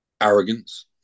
arrogance